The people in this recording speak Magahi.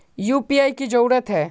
यु.पी.आई की जरूरी है?